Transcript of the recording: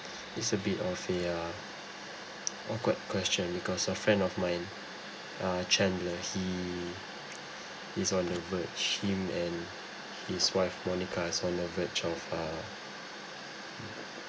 it's a bit of the uh a good question because a friend of mine uh chandler he he's on the verge him and his wife monica is on the verge of a